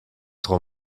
tro